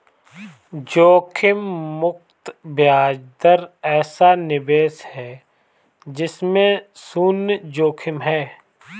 जोखिम मुक्त ब्याज दर ऐसा निवेश है जिसमें शुन्य जोखिम है